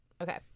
Okay